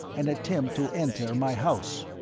an attempt to enter my house.